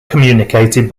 communicated